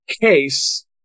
case